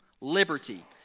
liberty